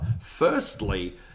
Firstly